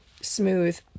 smooth